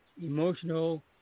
emotional